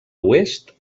oest